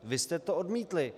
Vy jste to odmítli.